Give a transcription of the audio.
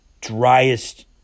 driest